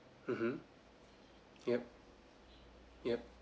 mmhmm yup yup